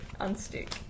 Unstick